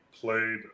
played